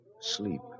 sleep